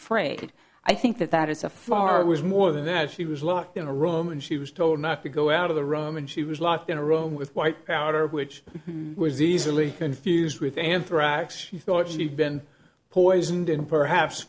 afraid i think that that is a far it was more than that she was locked in a room and she was told not to go out of the room and she was locked in a room with white powder which was easily confused with anthrax she thought she had been poisoned and perhaps